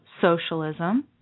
socialism